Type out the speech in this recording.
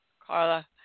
Carla